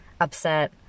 upset